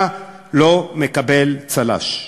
אתה לא מקבל צל"ש.